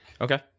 Okay